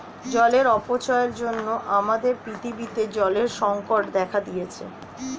জলের অপচয়ের জন্য আমাদের পৃথিবীতে জলের সংকট দেখা দিয়েছে